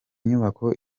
nyubako